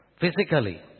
Physically